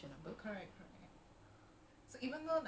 ya it's always senang kalau nak cakap